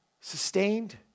sustained